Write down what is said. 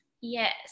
Yes